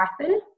python